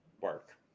Work